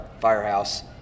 firehouse